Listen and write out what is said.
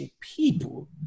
people